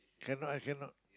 cannot I cannot